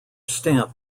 stamp